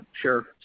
sure